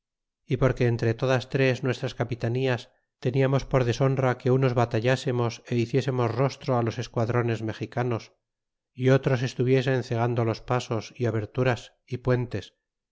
y porque entre todas tres nuestras capitanías teníamos por deshonra que unos batallásemos é hiciésemos rostro á los esquadrones mexicanos y otros estuviesen cegando los pasos y aberturas y puentes